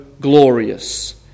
glorious